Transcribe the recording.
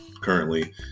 currently